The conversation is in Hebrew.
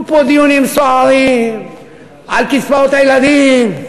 יהיו פה דיונים סוערים על קצבאות הילדים,